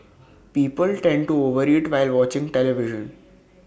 people tend to over eat while watching television